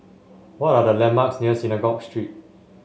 what are the landmarks near Synagogue Street